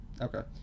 Okay